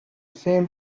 same